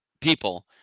people